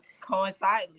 coincidentally